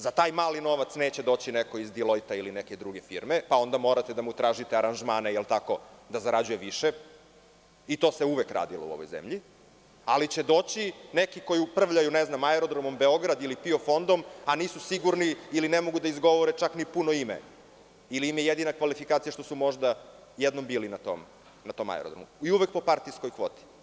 Za taj mali novac neće doći neko iz „Diloita“ ili neke druge firme, pa onda morate da mu tražite aranžmane da zarađuje više i to se uvek radilo u ovoj zemlji, ali će doći neki koji upravljaju „Aerodromom Beograd“ ili PIO fondom, a nisu sigurni ili ne mogu da izgovore čak ni puno ime ili im je jedina kvalifikacija što su možda jednom bili na tom aerodromu i uvek po partijskoj kvoti.